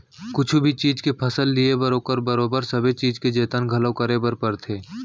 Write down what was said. कुछु भी चीज के फसल लिये बर ओकर बरोबर सबे चीज के जतन घलौ करे बर परथे